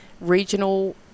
regional